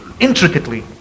Intricately